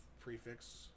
prefix